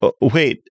wait